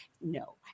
No